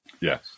Yes